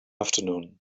afternoon